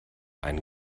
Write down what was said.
ein